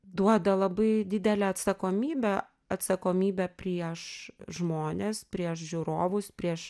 duoda labai didelę atsakomybę atsakomybę prieš žmones prieš žiūrovus prieš